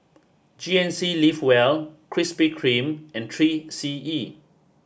G N C live well Krispy Kreme and three C E